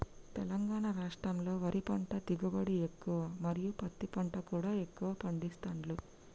తెలంగాణ రాష్టంలో వరి పంట దిగుబడి ఎక్కువ మరియు పత్తి పంట కూడా ఎక్కువ పండిస్తాండ్లు